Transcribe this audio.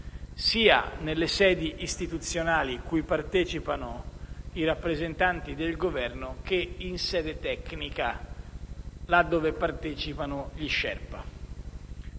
sia nelle sedi istituzionali, cui partecipano i rappresentanti del Governo, che in sede tecnica, a cui partecipano gli *sherpa*.